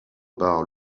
part